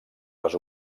les